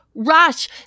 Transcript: Rush